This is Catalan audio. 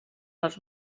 els